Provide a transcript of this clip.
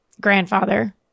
grandfather